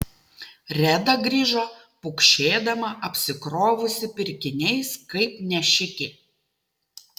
reda grįžo pukšėdama apsikrovusi pirkiniais kaip nešikė